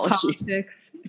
politics